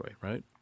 right